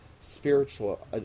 spiritual